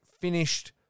finished